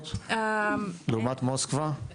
ברחובות לעומת מוסקבה?